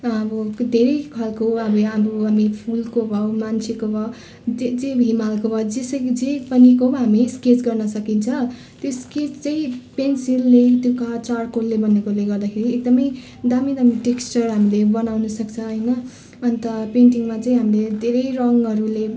अब धेरै खाले अब फुलको भयो मान्छेको भयो जे जे हिमालको भयो जस जे पनिको हामी स्केच गर्न सकिन्छ त्यो स्केच चाहिँ पेन्सिलले त्यो कहाँ चार्कोलले बनेकाले गर्दाखेरि एकदमै दामी दामी टेक्सचर हामीले बनाउन सक्छ होइन अन्त पेन्टिङमा चाहिँ हामीले धेरै रङ्गहरूले